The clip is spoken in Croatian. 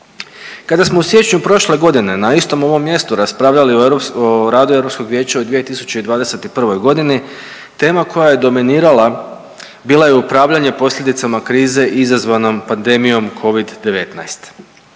Kada smo u siječnju prošle godine na istom ovom mjestu raspravljali o radu Europskog vijeća u 2021. godini tema koja je dominirala bila je upravljanje posljedicama krize izazvanom pandemijom Covid-19.